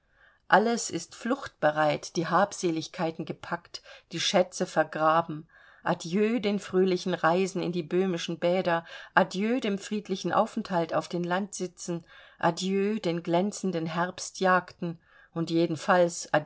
alles ist fluchtbereit die habseligkeiten gepackt die schätze vergraben adieu den fröhlichen reisen in die böhmischen bäder adieu dem friedlichen aufenthalt auf den landsitzen adieu den glänzenden herbstjagden und jedenfalls